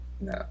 No